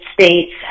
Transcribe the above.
States